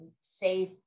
safe